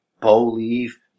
Believe